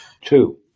Two